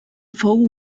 fou